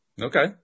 Okay